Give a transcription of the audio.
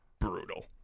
brutal